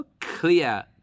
clear